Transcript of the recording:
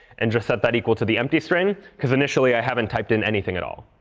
and just set that equal to the empty string. because initially, i haven't typed in anything at all.